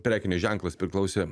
prekinis ženklas priklausė